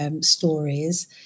stories